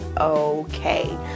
okay